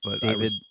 David